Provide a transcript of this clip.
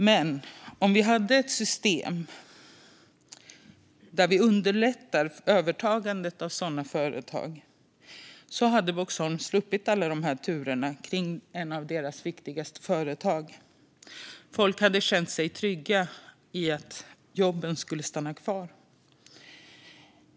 Men om vi hade ett system där vi underlättar övertagandet av sådana företag skulle Boxholm ha sluppit alla turer kring ett av deras viktigaste företag. Folk hade känt sig trygga i att jobben skulle stanna kvar.